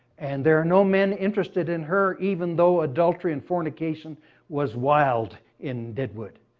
and there are no men interested in her even though adultery and fornication was wild in deadwood.